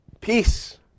peace